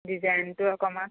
ডিজাইনটো অকমান